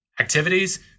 activities